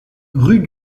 rue